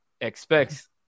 expects